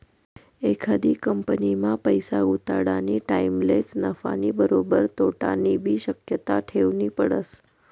एखादी कंपनीमा पैसा गुताडानी टाईमलेच नफानी बरोबर तोटानीबी शक्यता ठेवनी पडस